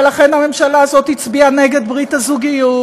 ולכן הממשלה הזאת הצביעה נגד ברית הזוגיות,